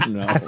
no